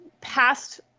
past